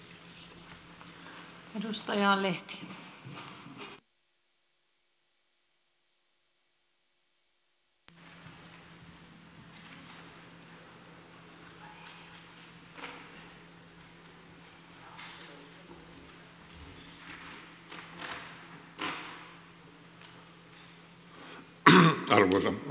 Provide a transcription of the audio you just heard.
arvoisa rouva puhemies